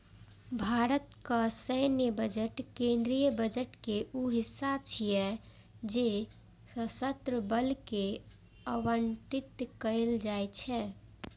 भारतक सैन्य बजट केंद्रीय बजट के ऊ हिस्सा छियै जे सशस्त्र बल कें आवंटित कैल जाइ छै